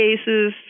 cases